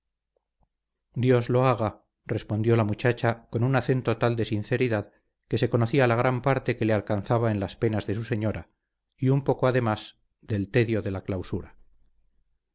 dios lo haga respondió la muchacha con un acento tal de sinceridad que se conocía la gran parte que le alcanzaba en las penas de su señora y un poco además del tedio de la clausura